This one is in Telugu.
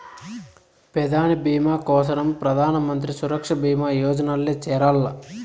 పెదాని బీమా కోసరం ప్రధానమంత్రి సురక్ష బీమా యోజనల్ల చేరాల్ల